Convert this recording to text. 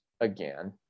again